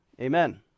amen